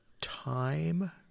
time